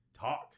talk